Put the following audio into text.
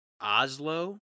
Oslo